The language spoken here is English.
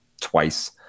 twice